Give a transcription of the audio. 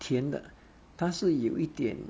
甜的它是有一点